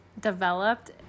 developed